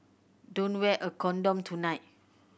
don't wear a condom tonight